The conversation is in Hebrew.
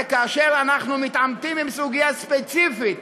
הרי כאשר אנחנו מתעמתים עם סוגיה ספציפית,